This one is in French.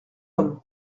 homme